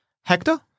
Hector